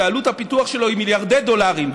שעלות הפיתוח שלו היא מיליארדי דולרים,